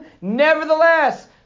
Nevertheless